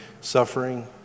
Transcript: suffering